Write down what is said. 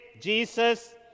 Jesus